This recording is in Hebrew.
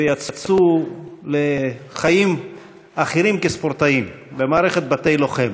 ויצאו לחיים אחרים כספורטאים במערכת בתי-לוחם.